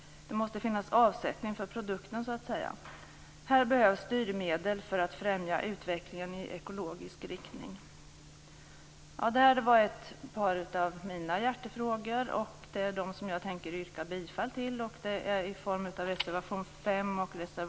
Det måste finnas avsättning för produkten. Här behövs styrmedel för att främja utvecklingen i ekologisk riktning. Det var ett par av mina hjärtefrågor som vi tar upp i reservationerna 5 och 20.